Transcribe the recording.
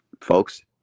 Folks